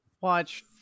watch